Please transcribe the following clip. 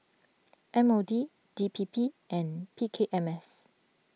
M O D D P P and P K M S